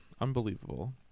unbelievable